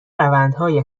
روندهای